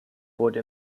wurde